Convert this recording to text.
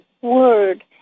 word